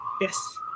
Yes